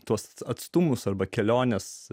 tuos atstumus arba keliones